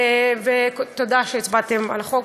ותודה שהצבעתם על החוק,